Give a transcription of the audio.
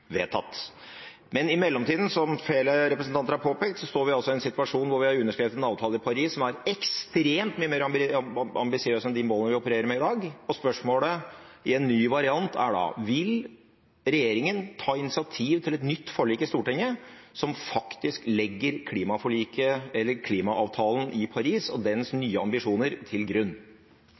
vedtatt. Men i mellomtida, som flere representanter har påpekt, står vi altså i en situasjon hvor vi har underskrevet en avtale i Paris som er ekstremt mye mer ambisiøs enn de målene vi opererer med i dag, og spørsmålet, i en ny variant, er da: Vil regjeringen ta initiativ til et nytt forlik i Stortinget som faktisk legger klimaavtalen i Paris og dens nye ambisjoner til grunn?